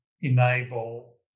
enable